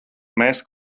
mēs